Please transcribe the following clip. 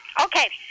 Okay